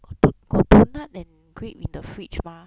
got do~ got donut and grape in the fridge mah